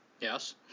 Yes